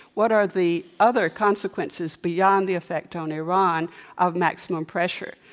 what are the other consequences beyond the effect on iran of maximum pressure?